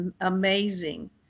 amazing